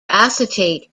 acetate